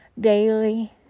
daily